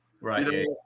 Right